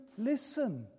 listen